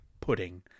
pudding